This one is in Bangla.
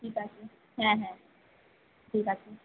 ঠিক আছে হ্য়াঁ হ্য়াঁ ঠিক আছে